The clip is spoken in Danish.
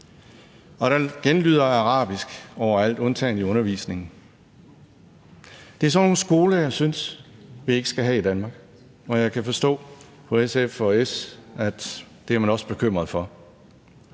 og der genlyder af arabisk overalt, undtagen i undervisningen. Det er sådan nogle skoler, jeg ikke synes vi skal have i Danmark, og jeg kan forstå på SF og S, at det også er noget, de er bekymret for.